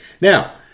Now